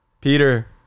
Peter